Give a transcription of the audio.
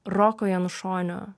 roko janušonio